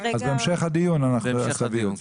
בהמשך הדיון תביאו את זה.